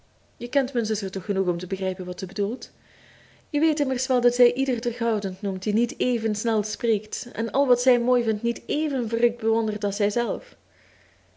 je kent mijn zuster toch genoeg om te begrijpen wat ze bedoelt je weet immers wel dat zij ieder terughoudend noemt die niet even snel spreekt en al wat zij mooi vindt niet even verrukt bewondert als zij zelf